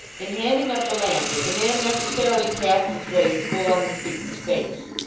in handing up the lantern, the man necessarily cast its rays full on the speaker's face.